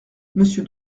monsieur